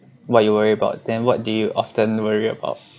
what you worry about then what do you often worry about